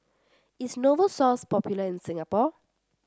is Novosource popular in Singapore